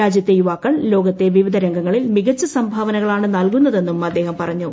രാജ്യത്തെ യുവാക്കൾ ലോകത്തെ വിവിധ രംഗങ്ങളിൽ മികച്ച സംഭാവനകളാണ് നൽകുന്നതെന്ന് അദ്ദേഹം പറഞ്ഞു